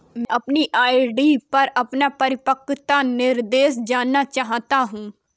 मैं अपनी आर.डी पर अपना परिपक्वता निर्देश जानना चाहता हूँ